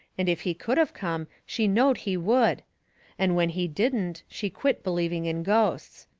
and if he could of come she knowed he would and when he didn't she quit believing in ghosts.